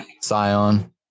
Scion